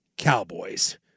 cowboys